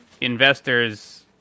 investors